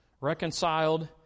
reconciled